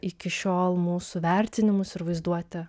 iki šiol mūsų vertinimus ir vaizduotę